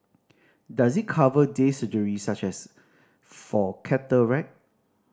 does it cover day surgery such as for cataract